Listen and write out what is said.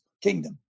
kingdom